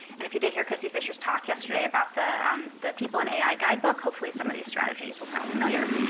and if you did hear chrissy fisher's talk yesterday about the um the people in ai guidebook, hopefully some of these strategies will sound familiar.